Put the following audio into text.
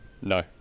no